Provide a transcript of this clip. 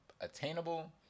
attainable